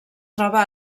troba